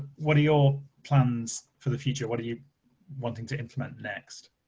what are your plans for the future? what are you wanting to implement next?